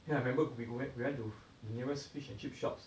then I remembered regret we went to the nearest fish and chip shops